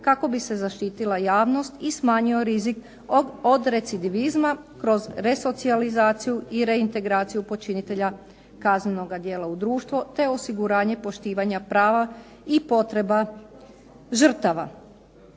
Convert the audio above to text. kako bi se zaštitila javnost i smanjio rizik od recidivizma kroz resocijalizaciju i reintegraciju počinitelja kaznenoga djela u društvo, te osiguranje poštivanja prava i potreba žrtava.